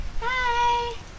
hi